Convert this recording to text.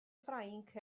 ffrainc